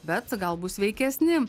bet gal bus sveikesni